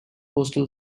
coastal